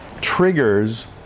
triggers